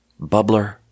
Bubbler